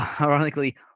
ironically